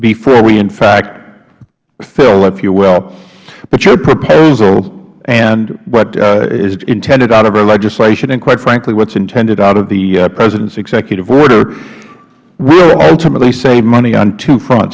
before we in fact fill if you will but your proposal and what is intended out of our legislation and quite frankly what is intended out of the president's executive order will ultimately save money on two front